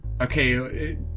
okay